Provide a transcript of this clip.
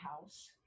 House